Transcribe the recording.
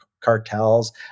cartels